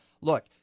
look